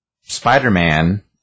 Spider-Man